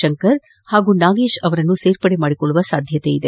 ಶಂಕರ್ ಹಾಗೂ ನಾಗೇಶ್ ಅವರನ್ನು ಸೇರ್ಪಡೆ ಮಾಡಿಕೊಳ್ಳುವ ಸಾಧ್ಯತೆಯಿದೆ